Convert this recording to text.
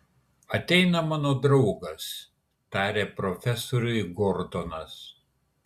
ateina mano draugas tarė profesoriui gordonas